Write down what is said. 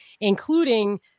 including